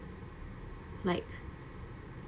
like